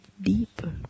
deeper